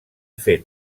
fet